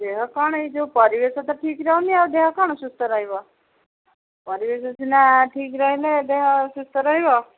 ଦେହ କ'ଣ ଏଇ ଯୋଉ ପରିବେଶ ତ ଠିକ୍ ରହୁନି ଆଉ ଦେହ କ'ଣ ସୁସ୍ଥ ରହିବ ପରିବେଶ ସିନା ଠିକ୍ ରହିଲେ ଦେହ ସୁସ୍ଥ ରହିବ